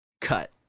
cut